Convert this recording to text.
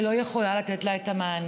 והיא לא יכולה לתת לה את המענה.